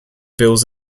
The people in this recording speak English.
bills